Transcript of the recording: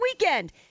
weekend